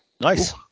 Nice